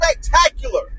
spectacular